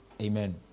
Amen